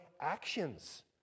actions